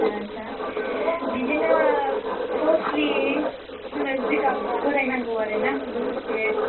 आस्सा बिदिनो फार्स्टलि जोंनो जिगाब बोराय नांगौ आरोना बोसोरसे